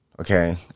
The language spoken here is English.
Okay